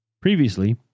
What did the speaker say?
Previously